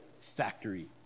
factory